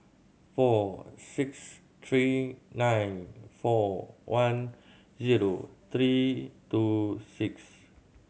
four six three nine four one zero three two six